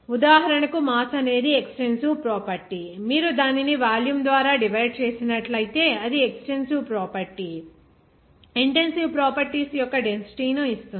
ఉదాహరణకు మాస్ అనేది extensive property మీరు దానిని వాల్యూమ్ ద్వారా డివైడ్ చేసినట్లైతే అది ఎక్సటెన్సివ్ ప్రాపర్టీ ఇంటెన్సిటీవ్ ప్రాపర్టీస్ యొక్క డెన్సిటీ ను ఇస్తుంది